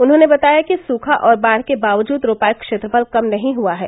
उन्होंने बताया कि सूखा अउर बाढ़ के बावजूद रोपाई क्षेत्रफल कम नही हुआ है